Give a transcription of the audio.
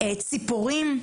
ציפורים,